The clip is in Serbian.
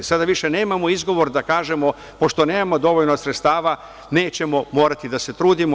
Sada više nemamo izgovor da kažemo – pošto nemamo dovoljno sredstava, nećemo morati da se trudimo.